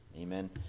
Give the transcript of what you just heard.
Amen